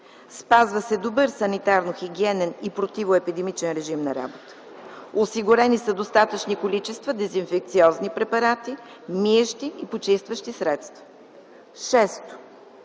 Спазва се добър санитарно - хигиенен и противоепидемичен режим на работа. Осигурени са достатъчни количества дезинфекционни препарати, миещи и почистващи средства. Шесто,